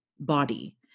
body